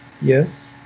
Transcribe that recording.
Yes